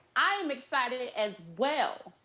i am excited as well.